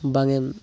ᱵᱟᱝᱮᱢ